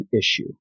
Issue